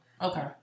Okay